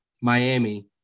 Miami